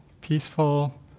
peaceful